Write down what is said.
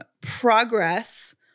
progress